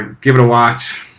ah give it a watch,